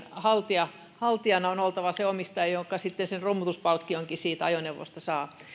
haltijan haltijan on oltava omistaja joka sitten sen romutuspalkkionkin siitä ajoneuvosta saa